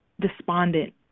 despondent